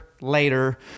later